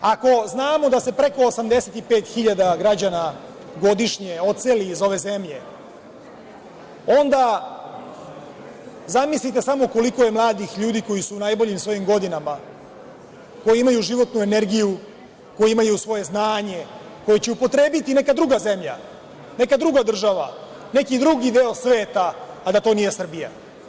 Ako znamo da se preko 85 hiljada građana godišnje odseli iz ove zemlje, onda zamislite samo koliko je mladih ljudi koji su u najboljim svojim godinama, koji imaju životnu energiju, koji imaju svoje znanje, koje će upotrebiti neka druga zemlja, neka druga država, neki drugi deo sveta, a da to nije Srbija.